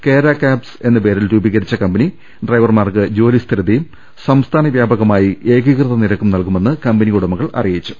കേരാ Cabs എന്ന പേരിൽ രൂപീകരിച്ച കമ്പനി ഡ്രൈവർമാർക്ക് ജോലി സ്ഥിരതയും സംസ്ഥാന വൃാപക മായി ഏകീകൃത നിരക്കും നൽകുമെന്ന് കമ്പനി ഉടമകൾ അറിയി ച്ചു